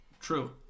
True